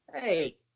Hey